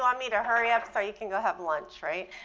um me to hurry up so you can go have lunch, right?